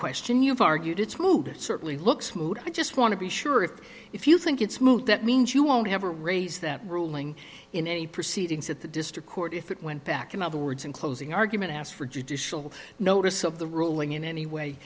question you've argued it's moot it certainly looks moot i just want to be sure if if you think it's moot that means you won't ever raise that ruling in any proceedings at the district court if it went back in other words in closing argument ask for judicial notice of the ruling in any way